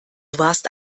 warst